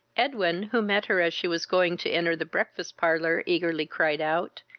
edwin, who met her as she was going to enter the breakfast-parlour, eagerly cried out,